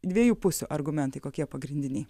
dviejų pusių argumentai kokie pagrindiniai